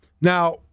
Now